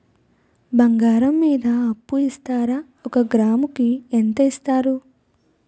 బంగారం మీద అప్పు ఇస్తారా? ఒక గ్రాము కి ఎంత ఇస్తారు?